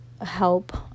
help